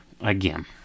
again